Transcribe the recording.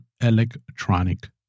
electronic